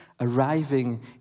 arriving